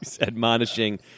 admonishing